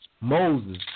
Moses